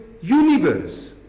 universe